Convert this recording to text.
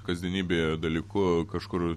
kasdienybėje dalyku kažkur